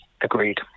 agreed